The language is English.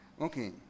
Okay